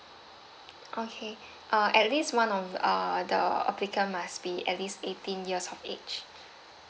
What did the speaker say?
okay uh at least one of uh the applicant must be at least eighteen years of age